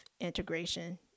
integration